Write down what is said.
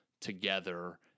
together